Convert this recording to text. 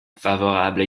favorable